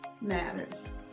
matters